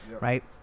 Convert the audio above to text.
right